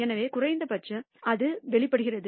எனவே குறைந்தபட்சம் அது வெளிப்படுகிறது